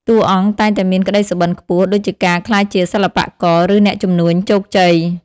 តួអង្គ តែងតែមានក្តីសុបិនខ្ពស់ ដូចជាការក្លាយជាសិល្បករ ឬអ្នកជំនួញជោគជ័យ។